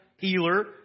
healer